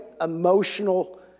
emotional